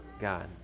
God